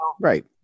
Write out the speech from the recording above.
right